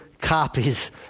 copies